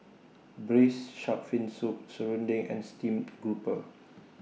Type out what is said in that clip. Braised Shark Fin Soup Serunding and Steamed Grouper